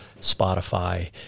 Spotify